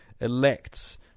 elects